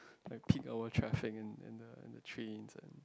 like peak hour traffic in in the in the trains and